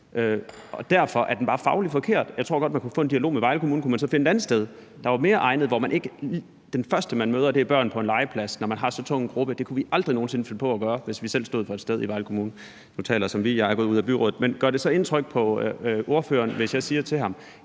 derfor er den bare fagligt forkert. Jeg tror godt, man kunne få en dialog med Vejle Kommune om, om man så kunne finde et andet sted, der var mere egnet. For et sted, hvor de første, man møder, er børn på en legeplads, kunne vi aldrig nogen sinde finde på at anvise, når vi har at gøre med så tung en gruppe, hvis vi selv stod for et sted i Vejle Kommune. Nu taler jeg som »vi«; jeg er gået ud af byrådet. Men gør det så indtryk på ordføreren, hvis jeg siger til ham,